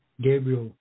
Gabriel